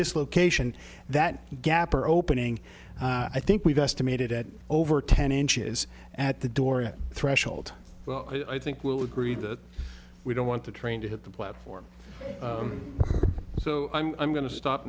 this location that gap or opening i think we've estimated at over ten inches at the dorian threshold well i think we'll agree that we don't want the train to hit the platform so i'm going to stop